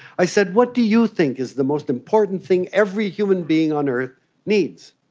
i said what do you think is the most important thing every human being on earth needs?